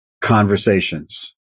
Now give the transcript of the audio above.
conversations